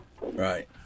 Right